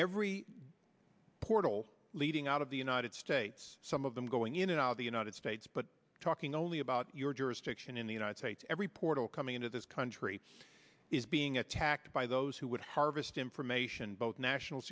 every portal leading out of the united states some of them going in and out of the united states but talking only about your jurisdiction in the united states every portal coming into this country is being attacked by those who would harvest information both national